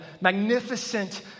magnificent